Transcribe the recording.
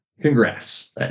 Congrats